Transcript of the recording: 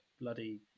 bloody